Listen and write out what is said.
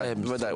בוודאי,